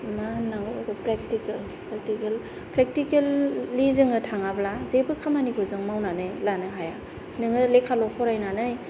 मा होननांगौ practical practically जोङो थाङाबा जेबो खामानिखौ जोङो मावनानै लानो हाया नोङो लेखाल' फरायनानै